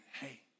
Hey